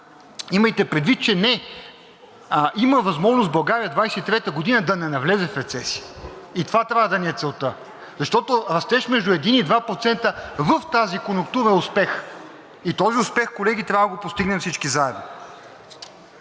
имайте предвид, че има възможност България 2023 г. да не навлезе в рецесия, и това трябва да ни е целта, защото растеж между 1 и 2% в тази конюнктура е успех, и този успех, колеги, трябва да го постигнем всички заедно.